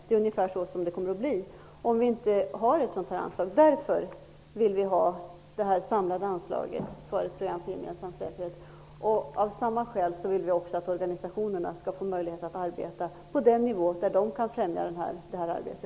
Så kommer situationen ungefär att bli om vi inte har ett anslag. Vi vill därför ha det samlade anslaget för programmet för gemensam säkerhet. Av samma skäl vill vi att organisationerna skall få möjlighet att arbeta på den nivå där de kan främja detta arbete.